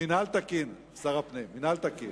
מינהל תקין, שר הפנים, מינהל תקין.